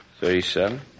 thirty-seven